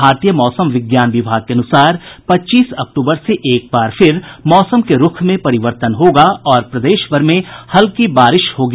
भारतीय मौसम विज्ञान विभाग के अनुसार पच्चीस अक्तूबर से एक बार फिर मौसम के रूख में परिवर्तन होगा और प्रदेशभर में हल्की बारिश होगी